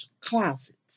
closets